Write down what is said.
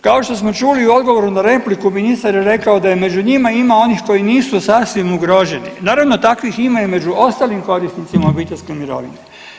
Kao što smo čuli u odgovoru na repliku ministar je rekao da i među njima ima onih koji nisu sasvim ugroženi, naravno takvih ima i među ostalim korisnicima obiteljske mirovine.